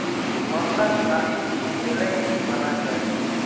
ममता छाली मिलइ घी बना छ